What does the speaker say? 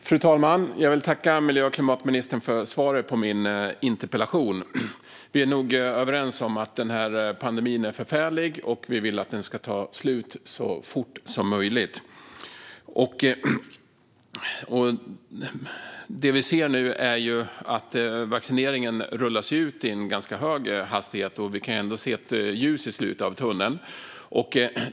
Fru talman! Jag vill tacka miljö och klimatministern för svaret på min interpellation. Vi är nog överens om att pandemin är förfärlig och att vi vill att den ska ta slut så fort som möjligt. Vi ser nu att vaccineringen rullar ut i en ganska hög hastighet och kan ändå se ett ljus i slutet av tunneln.